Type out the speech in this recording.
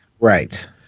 right